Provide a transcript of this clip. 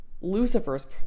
Lucifer's